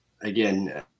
again